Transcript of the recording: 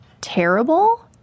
terrible